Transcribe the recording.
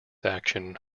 action